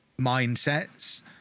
mindsets